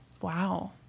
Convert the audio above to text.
Wow